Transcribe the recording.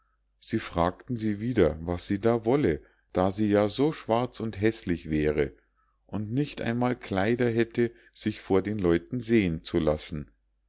sie fragten sie wieder was sie da wolle da sie ja so schwarz und häßlich wäre und nicht einmal kleider hätte sich vor den leuten sehen zu lassen